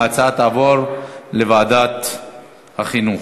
ההצעה תעבור לוועדת החינוך.